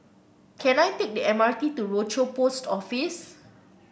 can I take the M R T to Rochor Post Office